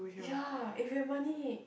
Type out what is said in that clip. ya if we have money